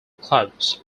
clubs